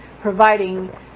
providing